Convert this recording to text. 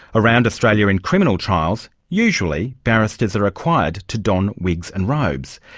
around australia in criminal trials, usually barristers are required to don wigs and robes.